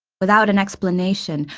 without an explanation,